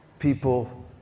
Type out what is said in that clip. people